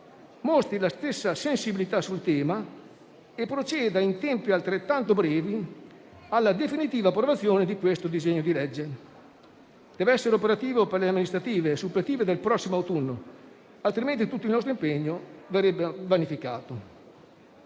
mostri la stessa sensibilità sul tema e proceda in tempi altrettanto brevi alla definitiva approvazione di questo disegno di legge. Esso dev'essere operativo per le elezioni amministrative suppletive del prossimo autunno, altrimenti tutto il nostro impegno verrebbe vanificato.